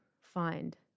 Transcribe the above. find